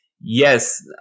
Yes